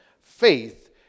Faith